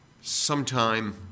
sometime